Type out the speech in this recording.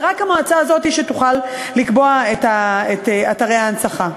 ורק המועצה הזאת היא זאת שתוכל לקבוע את אתרי ההנצחה.